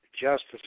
justice